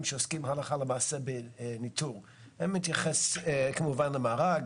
שעוסקים הלכה למעשה בניטור וכמובן למארג,